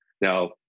Now